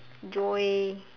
joy